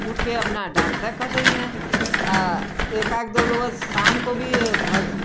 उठ के अपना डांसे कर रही है एकाध दो लोग शाम को भी भग